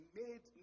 made